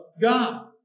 God